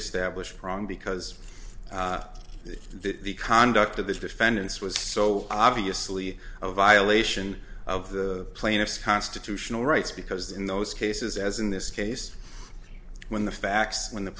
established wrong because the conduct of the defendants was so obviously a violation of the plaintiff's constitutional rights because in those cases as in this case when the facts when the